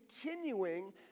continuing